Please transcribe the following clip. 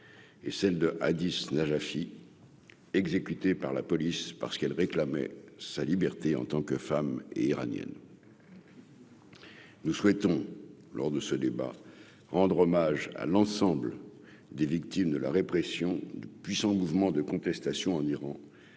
et celle de 10 Najafi exécutés par la police parce qu'elle réclamait sa liberté en tant que femme et iranienne. Et puis. Nous souhaitons lors de ce débat, rendre hommage à l'ensemble des victimes de la répression du puissant mouvement de contestation en Iran